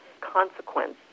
consequence